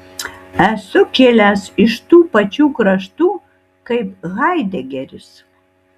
esu kilęs iš tų pačių kraštų kaip haidegeris